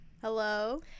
hello